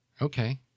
Okay